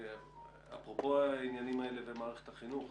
אפרופו העניינים האלה במערכת החינוך,